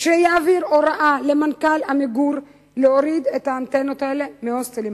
שיעביר הוראה למנכ"ל "עמיגור" להוריד את האנטנות האלה מהוסטלים.